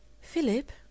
Philip